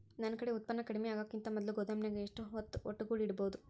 ನನ್ ಕಡೆ ಉತ್ಪನ್ನ ಕಡಿಮಿ ಆಗುಕಿಂತ ಮೊದಲ ಗೋದಾಮಿನ್ಯಾಗ ಎಷ್ಟ ಹೊತ್ತ ಒಟ್ಟುಗೂಡಿ ಇಡ್ಬೋದು?